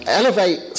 elevate